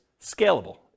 scalable